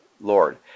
Lord